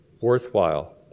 worthwhile